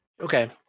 okay